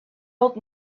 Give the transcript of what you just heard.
old